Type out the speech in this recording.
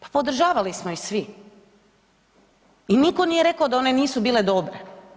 Pa podržavali smo ih svi i nitko nije rekao da one nisu bile dobre.